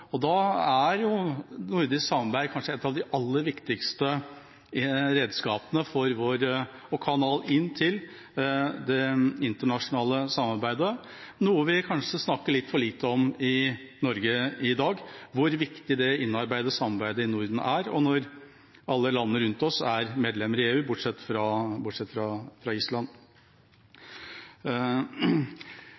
innflytelse. Da er nordisk samarbeid kanskje et av de aller viktigste redskapene og vår kanal inn til det internasjonale samarbeidet, noe vi kanskje snakker litt for lite om i Norge i dag: hvor viktig det innarbeidede samarbeidet i Norden er, når alle landene rundt oss er medlemmer i EU, bortsett fra Island.